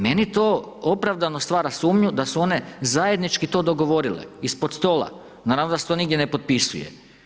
Meni to opravdano stvara sumnju da su one zajednički to dogovorile ispod stola, naravno da se to nigdje ne potpisuje.